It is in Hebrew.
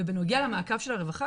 ובנוגע למעקב של הרווחה,